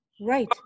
right